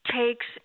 takes